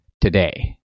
today